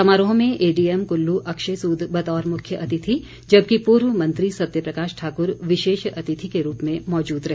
समारोह में एडीएम कुल्लू अक्षय सूद बतौर मुख्य अतिथि जबकि पूर्व मंत्री सत्य प्रकाश ठाक्र विशेष अतिथि के रूप में मौजूद रहे